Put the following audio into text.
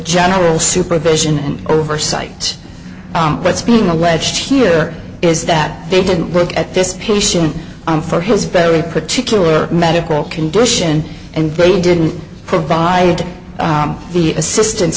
general supervision and oversight what's being alleged here is that they didn't look at this patient on for his better and particular medical condition and they didn't provide the assistance